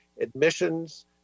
admissions